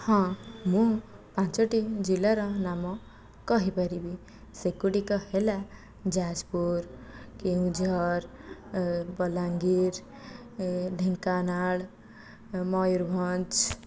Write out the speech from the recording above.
ହଁ ମୁଁ ପାଞ୍ଚଟି ଜିଲ୍ଲାର ନାମ କହିପାରିବି ସେଗୁଡ଼ିକ ହେଲା ଯାଜପୁର କେନ୍ଦୁଝର ବଲାଙ୍ଗୀର ଢେଙ୍କାନାଳ ମୟୂରଭଞ୍ଜ